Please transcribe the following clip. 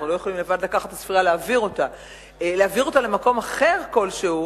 אנחנו לא יכולים לבד לקחת את הספרייה ולהעביר אותה למקום אחר כלשהו,